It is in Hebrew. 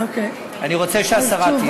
אני רוצה שהשרה תהיה.